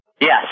Yes